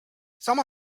sama